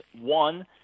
one